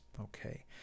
Okay